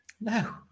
No